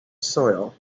soil